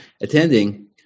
attending